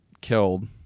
killed